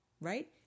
right